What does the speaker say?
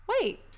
wait